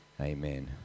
Amen